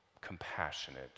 compassionate